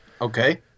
Okay